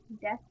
death